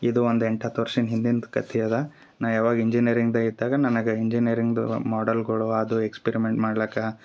ಇದು ಒಂದು ಎಂಟು ಹತ್ತು ವರ್ಷಿನ ಹಿಂದಿದ ಕತಿ ಅದ ನಾ ಯಾವಾಗ ಇಂಜಿನಿಯರಿಂಗ್ದ ಇದ್ದಾಗ ನನಗೆ ಇಂಜಿನಿಯರಿಂಗ್ದು ಮಾಡಲ್ಗಳು ಅದು ಎಕ್ಸ್ಪೆರಿಮೆಂಟ್ ಮಾಡ್ಲಕ